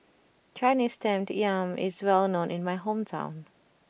Chinese Steamed Yam is well known in my hometown